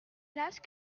place